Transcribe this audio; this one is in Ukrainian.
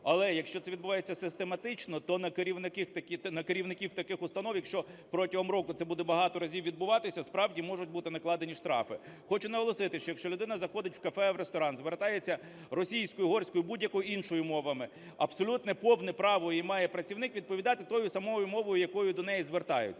Але якщо це відбувається систематично, то на керівників таких установ, якщо протягом року це буде багато разів відбуватися, справді, можуть бути накладені штрафи. Хочу наголосити, що якщо людина заходить в кафе, в ресторан, звертається російською, угорською, будь-якими іншими мовами, абсолютно повне право і має працівник відповідати тою самою мовою, якою до неї звертаються.